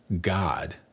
God